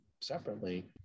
separately